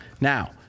Now